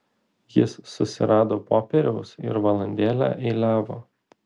jis susirado popieriaus ir valandėlę eiliavo